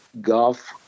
golf